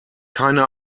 keine